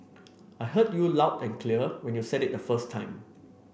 I heard you loud and clear when you said it the first time